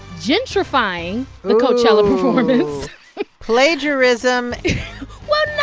gentrifying the coachella performance plagiarism well,